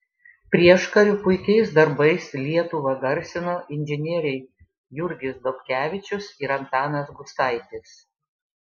prieškariu puikiais darbais lietuvą garsino inžinieriai jurgis dobkevičius ir antanas gustaitis